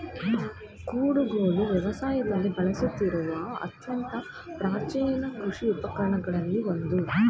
ಕುಡುಗೋಲು ವ್ಯವಸಾಯದಲ್ಲಿ ಬಳಸುತ್ತಿರುವ ಅತ್ಯಂತ ಪ್ರಾಚೀನ ಕೃಷಿ ಉಪಕರಣಗಳಲ್ಲಿ ಒಂದು